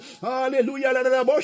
hallelujah